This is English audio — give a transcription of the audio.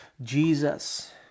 Jesus